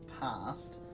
past